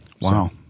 Wow